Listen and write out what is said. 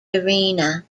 arena